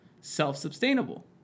self-sustainable